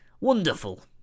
wonderful